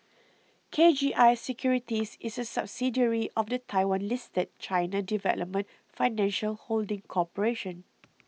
K G I Securities is a subsidiary of the Taiwan listed China Development Financial Holding Corporation